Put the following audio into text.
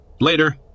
Later